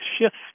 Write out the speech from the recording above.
shift